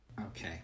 Okay